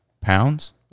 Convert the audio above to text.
pounds